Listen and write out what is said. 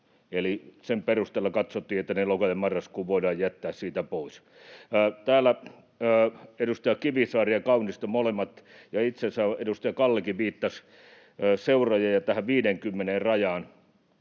sen perusteella katsottiin, että ne loka- ja marraskuu voidaan jättää siitä pois. Täällä edustajat Kivisaari ja Kaunisto molemmat, ja itse asiassa edustaja Kallikin, viittasivat seuroihin ja tähän 50:n rajaan.